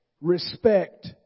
Respect